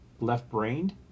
left-brained